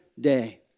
day